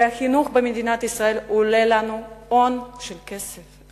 כי החינוך במדינת ישראל עולה לנו הון של כסף,